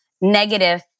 negative